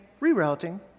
rerouting